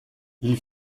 ils